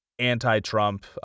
Anti-Trump